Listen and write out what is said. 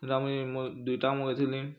ସେଟା ମୁଇଁ ମୋର୍ ଦୁଇଟା ମଗେଇଥିଲି